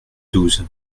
douze